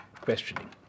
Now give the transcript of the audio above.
questioning